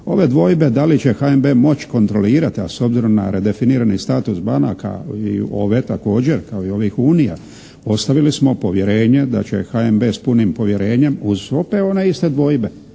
Ove dvojbe da li će HNB moći kontrolirati, a s obzirom na redefinirani status banaka i ove također kao i ovih unija ostavili smo povjerenje da će HNB s punim povjerenjem uz … /Govornik